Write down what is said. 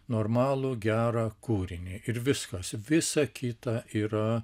normalų gerą kūrinį ir viskas visa kita yra